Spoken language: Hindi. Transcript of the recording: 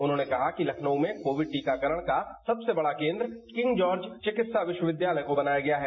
उन्होंने कहा कि लखनऊ में कोविड टीकाकरण का सबसे बड़ा केन्द्र किंग जॉर्ज चिकित्सा विश्वविद्यालय को बनाया गया है